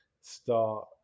start